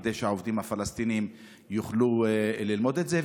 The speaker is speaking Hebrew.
כדי שהעובדים הפלסטינים יוכלו ללמוד את זה.